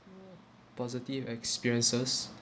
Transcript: positive experiences